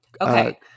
okay